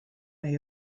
may